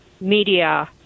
media